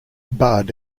bud